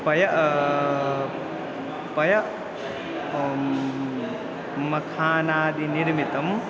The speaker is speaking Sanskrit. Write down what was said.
पय पय मखानादि निर्मितम्